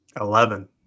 eleven